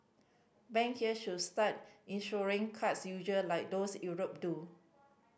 bank here should start insuring cards user like those Europe do